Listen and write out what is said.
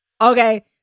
Okay